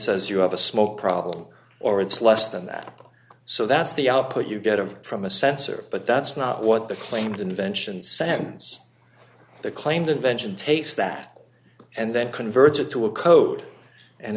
says you have a smoke problem or it's less than that so that's the output you get of from a sensor but that's not what the claimed invention sans the claimed invention takes that and then convert it to a code and